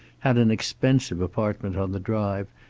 had an expensive apartment on the drive,